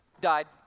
died